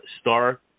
star